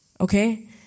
Okay